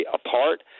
apart